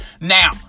Now